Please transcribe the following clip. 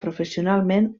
professionalment